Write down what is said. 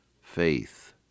faith